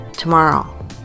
Tomorrow